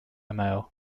mail